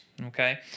Okay